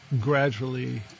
gradually